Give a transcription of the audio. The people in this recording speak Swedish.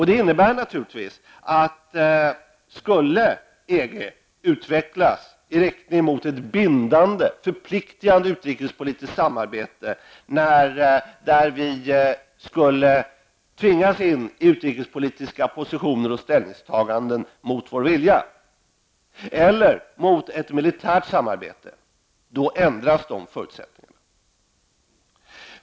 Det här innebär naturligtvis att förutsättningarna ändras om EG-samarbetet skulle utvecklas i riktning mot ett bindande, förpliktigande utrikespolitiskt samarbete, om vi skulle tvingas in i utrikespolitiska positioner och ställningstaganden mot vår vilja, eller om EG-samarbetet skulle utvecklas mot ett militärt samarbete.